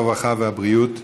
הרווחה והבריאות נתקבלה.